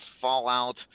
fallout